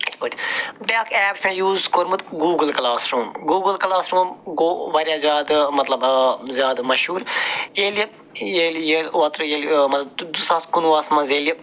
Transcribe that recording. یِتھ پٲٹھۍ بیٛاکھ ایپ چھِ مےٚ یوٗز کوٚرمُت Google Classroom Google Classroom گوٚو واریاہ زیادٕ مطلب زیادٕ مشہوٗر ییٚلہِ ییٚلہِ ییٚلہِ اوترٕ ییٚلہِ مطلب زٕ ساس کُنہٕ وُہَس منٛز ییٚلہِ